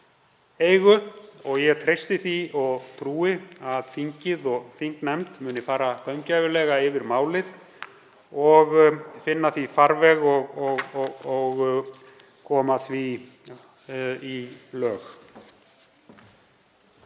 eigu okkar. Ég treysti því og trúi að þingið og þingnefnd muni fara gaumgæfilega yfir málið og finna því farveg og koma því í lög.